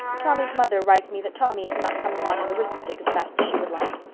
tommy's mother writes me that tommy is not coming on in arithmetic as fast as she would like.